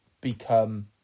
become